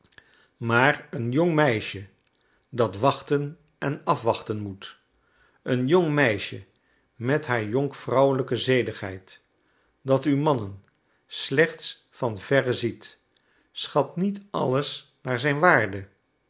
maar een jong meisje dat wachten en afwachten moet een jong meisje met haar jonkvrouwelijke zedigheid dat u mannen slechts van verre ziet schat niet alles naar zijn waarde